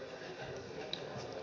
dem